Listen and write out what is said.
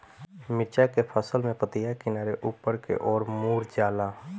मिरचा के फसल में पतिया किनारे ऊपर के ओर मुड़ जाला?